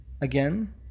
again